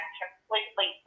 completely